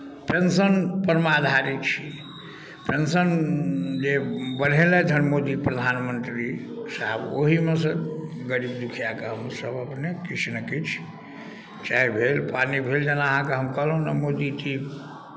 pension परमे आधारित छी पेंशन जे बढ़ैलथि हे मोदी प्रधानमंत्री साहेब ओहीमे सँ गरीब दुखियाके हमसभ अपने किछु नहि किछु चाय भेल पानि भेल जेना अहाँके हम कहलहुँ ने मोदी टी